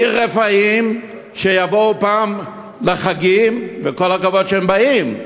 עיר רפאים, שיבואו פעם בחגים, כל הכבוד שהם באים,